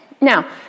now